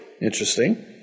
Interesting